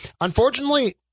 unfortunately